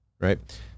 right